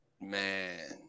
Man